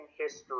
history